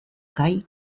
kai